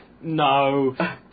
no